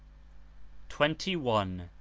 twenty one.